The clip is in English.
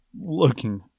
looking